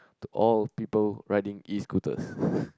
to all people riding Escooters